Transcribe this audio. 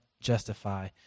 justify